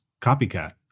Copycat